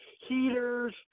heaters